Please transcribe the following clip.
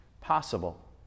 possible